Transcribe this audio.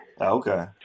Okay